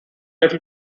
little